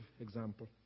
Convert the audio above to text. example